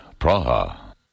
Praha